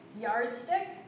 yardstick